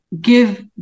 give